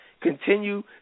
Continue